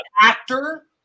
actor